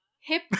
hip-